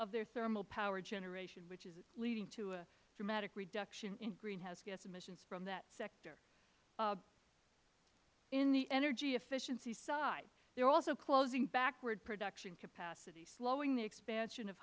of their thermal powered generation which is leading to a dramatic reduction in greenhouse gas emissions from that sector in the energy efficiency side they are also closing backward production capacity slowing the expansion of